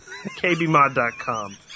KBMod.com